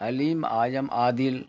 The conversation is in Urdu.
علیم اعظم عادل